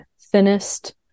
thinnest